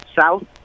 South